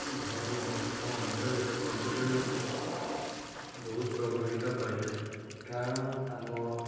ଧର୍ମ ଆମ ଅଞ୍ଚଳରେ ପର୍ଯ୍ୟଟନକୁ ବହୁତ ପ୍ରଭାବିତ କରିଥାଏ କାରଣ ଆମ